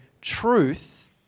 truth